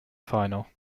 final